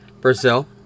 Brazil